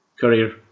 career